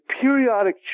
periodic